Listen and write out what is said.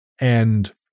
And-